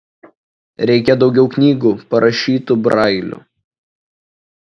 reikia daugiau knygų parašytų brailiu